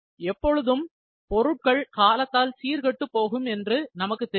எப்பொழுதும் பொருட்கள் காலத்தால் சீர்கெட்டுப் போகும் என்று நமக்கு தெரியும்